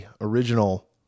original